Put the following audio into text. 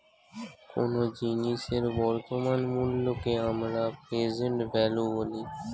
কোনো জিনিসের বর্তমান মূল্যকে আমরা প্রেসেন্ট ভ্যালু বলি